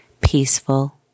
peaceful